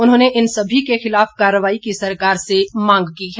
उन्होंने इन सभी के खिलाफ कार्रवाई की सरकार से मांग की है